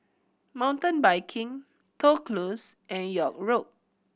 Mountain Biking Toh Close and York Road